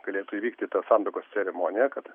galėtų įvykti ta santuokos ceremonija kad